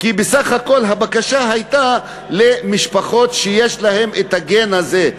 כי בסך הכול הבקשה הייתה לתת למשפחות שיש אצלן הגן הזה,